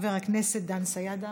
חבר הכנסת דן סידה,